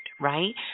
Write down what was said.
right